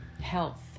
health